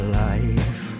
life